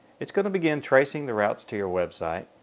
it's going to begin tracing the routes to your website,